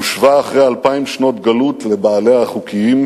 הושבה אחרי אלפיים שנות גלות לבעליה החוקיים,